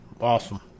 awesome